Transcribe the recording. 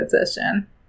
position